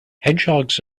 hedgehogs